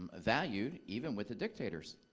ah valued even with the dictators.